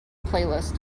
playlist